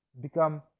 become